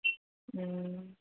ꯎꯝ